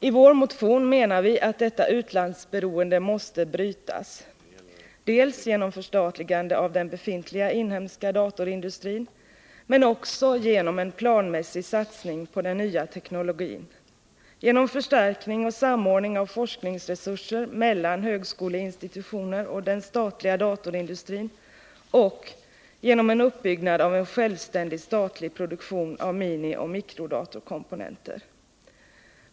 I vår motion menar vi att detta utlandsberoende måste brytas, bl.a. genom förstatligande av den befintliga inhemska datorindustrin, men också genom en planmässig satsning på den nya teknologin, genom förstärkning och samordning av forskningsresurser mellan högskoleinstitutioner och den statliga datorindustrin och genom en uppbyggnad av en självständig statlig produktion av minioch mikrodatorkomponenter.